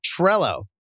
Trello